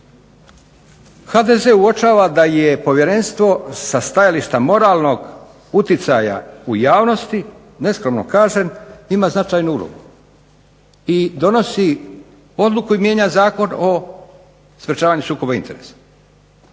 HDZ uočava da je povjerenstvo sa stajališta moralnog utjecaja u javnosti neskromno kažem ima značajnu ulogu i donosi odluku i mijenja Zakon o sprečavanju sukoba interesa.